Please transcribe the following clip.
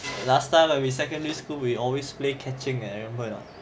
last time when we secondary school we always play catching eh remember or not